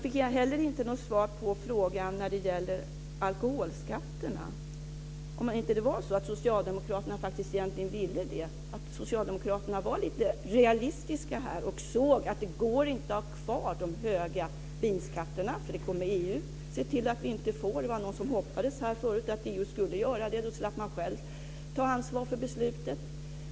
Inte heller fick jag något svar på frågan om alkoholskatterna, dvs. om det inte är så att Socialdemokraterna var lite realistiska och såg att det inte går att ha kvar de höga vinskatterna eftersom EU kommer att se till att vi inte får ha kvar dem. Någon hoppades här tidigare på det, för då slapp man själv ta ansvar för beslutet.